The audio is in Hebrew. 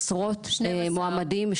עשרות מעומדים,